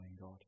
God